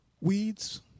weeds